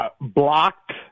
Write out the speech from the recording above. blocked